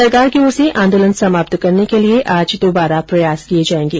सरकार की ओर से आंदोलन समाप्त करने के लिए आज द्बारा प्रयास किए जाएंगे